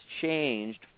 changed